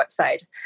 website